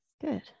Good